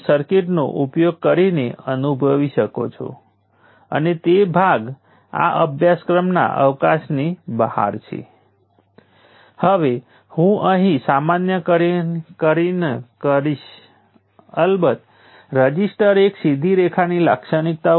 તો ચાલો હું આ રીતે ધ્રુવીયતા સાથે 8 વોલ્ટનો સોર્સ અને ત્રણ વોલ્ટનો સોર્સ અને ફરીથી 1 કિલો Ω રઝિસ્ટરને તેની સાથે જોડાયેલો ગણું છું